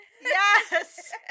Yes